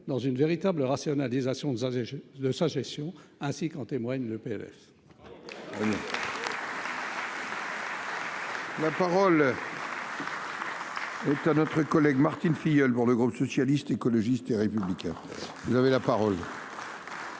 dans une véritable rationalisation des de sa gestion, ainsi qu'en témoigne le PS. à notre collègue Martine Filleul, pour le groupe socialiste, écologiste et républicain, vous avez la parole.